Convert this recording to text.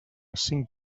cinc